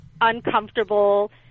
uncomfortable